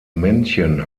männchen